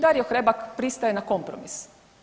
Dario Hrebak pristaje na kompromis.